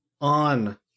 on